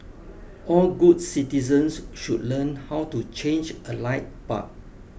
all good citizens should learn how to change a light bulb